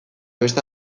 beste